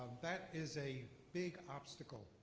that is a big obstacle,